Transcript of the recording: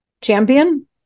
champion